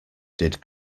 did